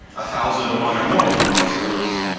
a thousand to one or more, for most of us.